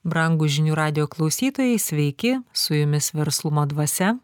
brangūs žinių radijo klausytojai sveiki su jumis verslumo dvasia